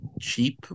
cheap